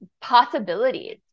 possibilities